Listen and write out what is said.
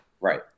Right